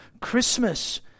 Christmas